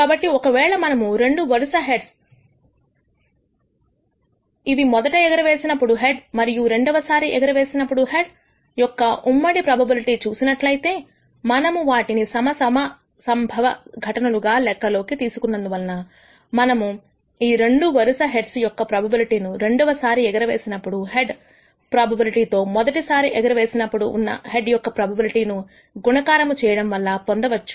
కాబట్టి ఒకవేళ మనము రెండు వరుస హెడ్స్ ఇవి మొదటి ఎగరవేసినప్పుడు హెడ్ మరియు రెండవసారి ఎగరవేసినప్పుడు హెడ్ యొక్క ఉమ్మడి ప్రోబబిలిటీ చూసినట్లయితే మనము వాటిని సమ సంభవ సంఘటనలుగా లెక్కలోకి తీసుకున్నందువలన మనము ఈ రెండు వరుస హెడ్స్ యొక్క ప్రోబబిలిటీ ను రెండవసారి ఎగరవేసినప్పుడు హెడ్ ప్రొబబిలిటి తో మొదటిసారి ఎగరవేసినప్పుడు ఉన్న హెడ్ యొక్క ప్రోబబిలిటీ ను గుణకారము చేయడం వల్ల పొందవచ్చు